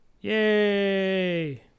Yay